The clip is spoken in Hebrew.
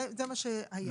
זה מה שהיה.